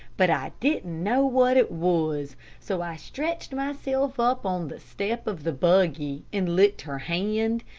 but i didn't know what it was so i stretched myself up on the step of the buggy, and licked her hand,